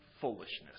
foolishness